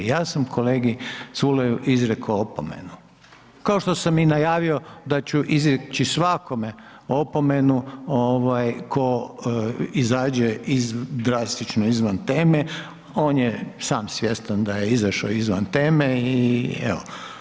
Ja sam kolegi Culeju izrekao opomenu kao što sam i najavio da ću izreći svakome opomenu ko izađe drastično izvan teme, on je sam svjestan da je izašao izvan teme i evo.